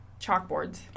chalkboards